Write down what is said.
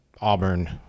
Auburn